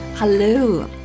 Hello